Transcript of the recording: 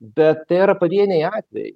bet tai yra pavieniai atvejai